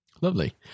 Lovely